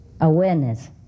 awareness